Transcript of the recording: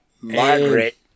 Margaret